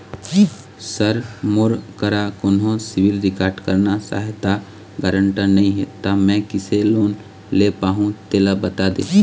sir मोर करा कोन्हो सिविल रिकॉर्ड करना सहायता गारंटर नई हे ता मे किसे लोन ले पाहुं तेला बता दे